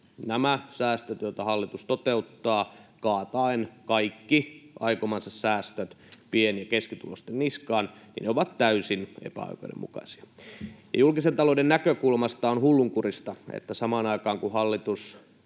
Nämä säästöt, joita hallitus toteuttaa kaataen kaikki aikomansa säästöt pieni‑ ja keskituloisten niskaan, ovat täysin epäoikeudenmukaisia. Julkisen talouden näkökulmasta on hullunkurista, että samaan aikaan, kun hallitus